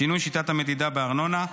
שינוי שיטת המדידה בארנונה.